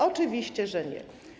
Oczywiście, że nie.